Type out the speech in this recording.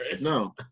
No